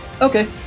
Okay